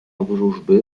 wróżby